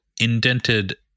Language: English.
indented